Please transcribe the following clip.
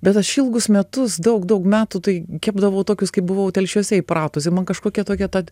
bet aš ilgus metus daug daug metų tai kepdavau tokius kaip buvau telšiuose įpratusi man kažkokia tokia ta